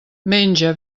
menja